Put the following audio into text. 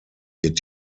wird